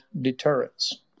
deterrence